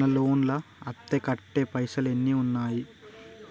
నా లోన్ లా అత్తే కట్టే పైసల్ ఎన్ని ఉన్నాయి